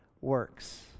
works